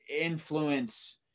influence